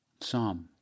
Psalm